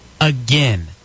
again